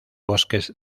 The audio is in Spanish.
bosques